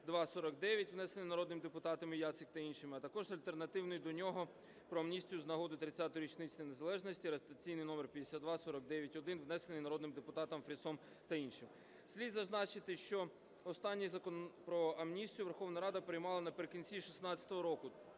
5249), внесений народним депутатом Яцик та іншими, а також альтернативний до нього про амністію з нагоди 30-ї річниці Незалежності України (реєстраційний номер 5249-1), внесений народним депутатом Фрісом та іншими. Слід зазначити, що останній Закон "Про амністію" Верховна Рада приймала наприкінці 16-го року,